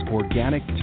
organic